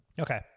Okay